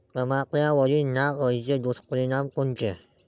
टमाट्यावरील नाग अळीचे दुष्परिणाम कोनचे?